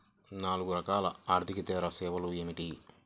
నాలుగు రకాల ఆర్థికేతర సేవలు ఏమిటీ?